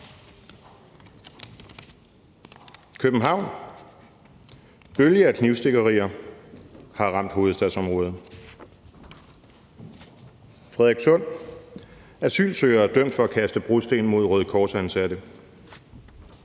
København: »Bølge af knivstikkerier har ramt hovedstadsområdet«. Frederikssund: »Asylsøgere dømt for at kaste brosten mod Røde Kors-ansatte«.